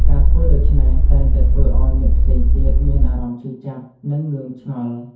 ការធ្វើដូច្នេះតែងតែធ្វើឱ្យមិត្តផ្សេងទៀតមានអារម្មណ៍ឈឺចាប់ និងងឿងឆ្ងល់។